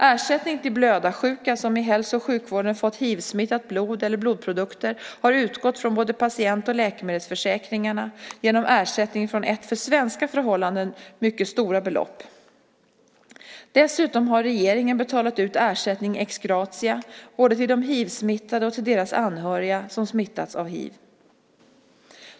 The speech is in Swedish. Ersättning till blödarsjuka som i hälso och sjukvården fått hivsmittat blod eller blodprodukter har utgått från både patient och läkemedelsförsäkringarna genom ersättning med för svenska förhållanden mycket stora belopp. Dessutom har regeringen betalat ut ersättning ex gratia både till de hivsmittade och till deras anhöriga som smittats av hiv.